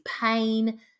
pain